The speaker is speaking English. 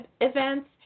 events